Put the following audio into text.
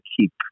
keep